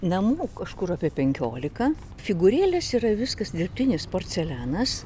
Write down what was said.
namų kažkur apie penkiolika figūrėlės yra viskas dirbtinis porcelianas